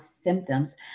symptoms